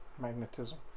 Magnetism